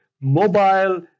mobile